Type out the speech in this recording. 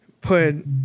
put